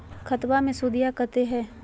खतबा मे सुदीया कते हय?